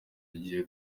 igiye